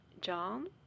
John